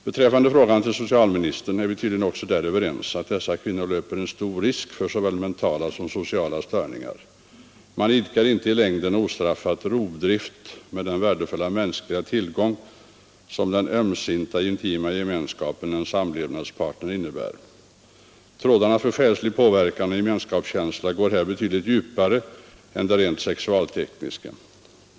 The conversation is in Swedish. Beträffande frågan till socialministern är vi tydligen också där överens om att dessa kvinnor löper stor risk för såväl mentala som sociala störningar. Man idkar inte i längden ostraffat rovdrift med den värdefulla mänskliga tillgång som den ömsinta intima gemenskapen med en samlevnadspartner innebär. Trådarna för själslig påverkan och gemenskapskänsla går här betydligt djupare än det rent sexualtekniska.